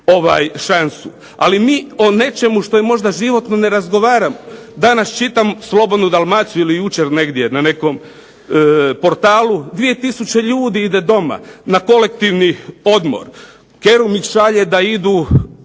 Ali mi o nečemu što je možda životno ne razgovaramo, danas čitam "Slobodnu Dalmaciju" ili jučer negdje na nekom portalu, 2000 ljudi ide doma, na kolektivni odmor, Kerum ih šalje da idu